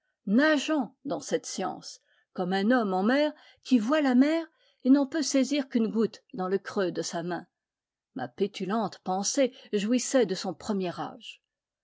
nageant dans cette science comme un homme en mer qui voit la mer et n'en peut saisir qu'une goutte dans le creux de sa main ma pétulante pensée jouissait de son premier âge